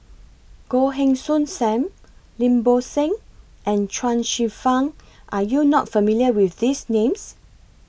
Goh Heng Soon SAM Lim Bo Seng and Chuang Hsueh Fang Are YOU not familiar with These Names